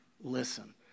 listen